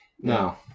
No